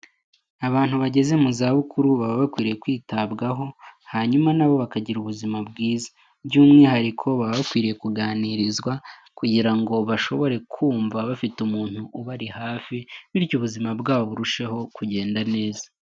Abantu bageze mu zabukuru baba bakwiye kwitabwaho hanyuma nabo bakagira ubuzima bwiza; by' umwihariko baba bakwiriye kuganirizwa kugirango bashobore kumva bafite umuntu ubari hafi bityo ubuzima bwabo burusheho kugenda neza.